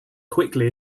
quickly